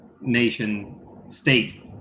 nation-state